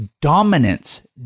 dominance